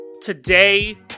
Today